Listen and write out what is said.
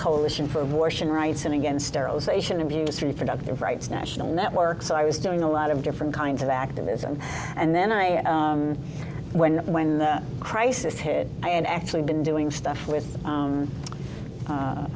coalition for abortion rights and against sterilization abuse reproductive rights national network so i was doing a lot of different kinds of activism and then i when when the crisis hit i had actually been doing stuff with